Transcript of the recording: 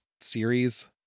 series